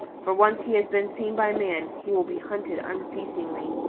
for once he has been seen by man he will be hunted unceasingly.